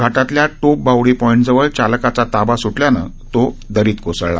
घाटाताल्या टोप बावडी पॉईट जवळ चालकाचा ताबा स्टल्यानं तो दरीत कोसळला